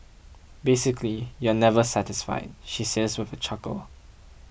basically you're just never satisfied she says with a chuckle